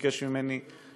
שביקש ממני למסור,